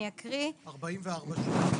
44 שנים.